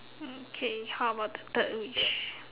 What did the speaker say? okay how about the third wish